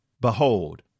Behold